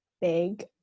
big